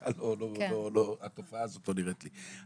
בכלל התופעה הזאת לא נראית לי,